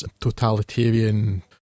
totalitarian